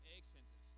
expensive